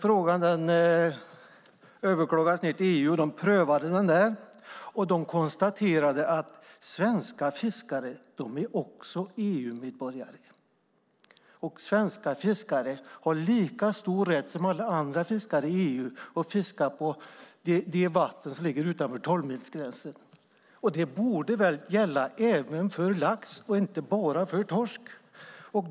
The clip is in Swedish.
Frågan överklagades till EU som prövade den och konstaterade att svenska fiskare också är EU-medborgare och att svenska fiskare har lika stor rätt som alla andra fiskare i EU att fiska på de vatten som ligger utanför tolvmilsgränsen. Det borde väl gälla även för lax och inte bara för torsk.